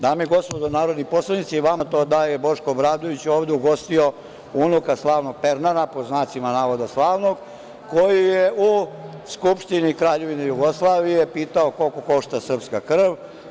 Dame i gospodo narodni poslanici, vama je poznato da je Boško Obradović ovde ugostio unuka slavnog Pernara „Slavnog“, koji je u Skupštini Kraljevine Jugoslavije, pitao koliko košta srpska krv.